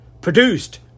produced